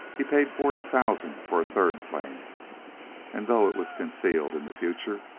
he paid forty thousand for a third claim and, though it was concealed in the future,